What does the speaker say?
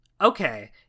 Okay